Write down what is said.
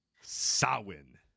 Sawin